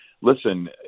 listen